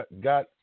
Got